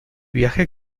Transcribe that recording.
viaje